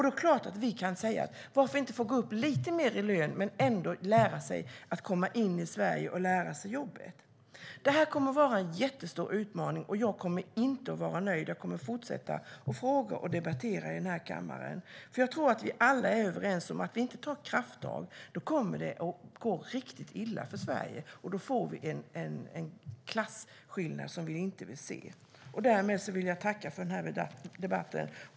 Det är klart att vi kan säga: Varför inte gå upp lite mindre i lön men ändå lära sig att komma in i Sverige och lära sig jobbet? Det här kommer att vara en jättestor utmaning, och jag kommer inte att nöja mig. Jag kommer att fortsätta fråga och debattera här i kammaren, för jag tror att vi alla är överens om att om vi inte tar krafttag kommer det att gå riktigt illa för Sverige. Då får vi en klasskillnad som vi inte vill se. Därmed vill jag tacka för debatten.